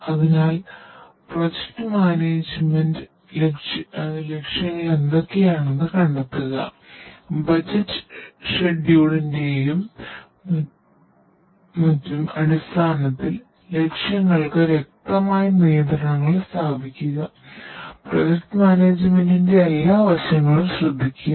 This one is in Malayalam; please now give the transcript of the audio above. അതിനാൽ പ്രോജക്റ്റ് മാനേജുമെന്റ് എല്ലാ വശങ്ങളും ശ്രദ്ധിക്കുക